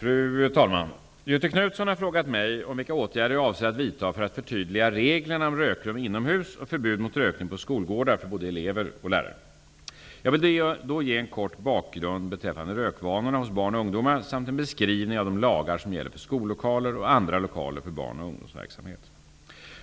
Fru talman! Göthe Knutson har frågat mig om vilka åtgärder jag avser att vidta för att förtydliga reglerna om rökrum inomhus och förbud mot rökning på skolgårdar för både elever och lärare. Jag vill då ge en kort bakgrund beträffande rökvanorna hos barn och ungdomar samt en beskrivning av de lagar som gäller för skollokaler och andra lokaler för barn och ungdomsverksamhet.